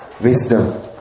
wisdom